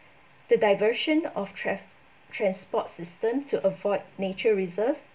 the diversion of traf~ transport system to avoid nature reserve